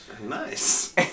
Nice